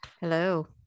Hello